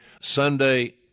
Sunday